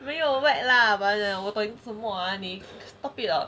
没有 whack lah but then 我懂你是什么 hor stop it hor